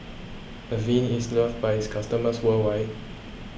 Avene is loved by its customers worldwide